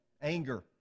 Anger